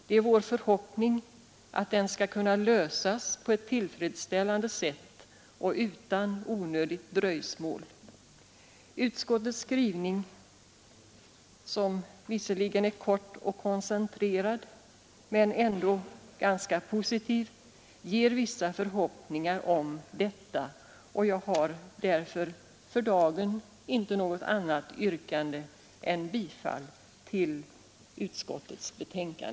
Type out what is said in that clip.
Det är vår förhoppning att den skall kunna lösas på ett tillfredsställande sätt och utan onödigt dröjsmål. Utskottets skrivning, som visserligen är kort och koncentrerad men ändå ganska positiv, inger vissa förhoppningar om detta, och jag har därför för dagen inte något annat yrkande än om bifall till utskottets hemställan.